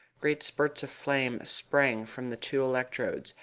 great spurts of flame sprang from the two electrodes,